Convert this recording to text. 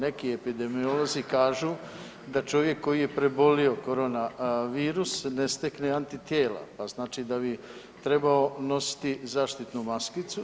Neki epidemiolozi kažu da čovjek koji je prebolio korona virus ne stekne antitijela pa znači da bi trebao nositi zaštitnu maskicu.